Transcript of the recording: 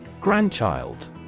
Grandchild